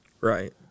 Right